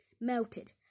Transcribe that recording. melted